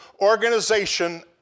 organization